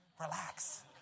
Relax